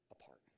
apart